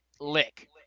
Lick